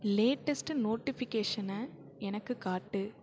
latest நோட்டிஃபிகேஷனை எனக்கு காட்டு